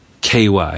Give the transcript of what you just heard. ky